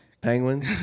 Penguins